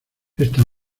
esta